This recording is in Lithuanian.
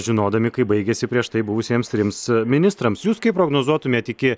žinodami kaip baigėsi prieš tai buvusiems trims ministrams jūs kaip prognozuotumėt iki